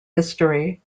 history